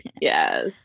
Yes